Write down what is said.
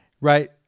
Right